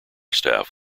staff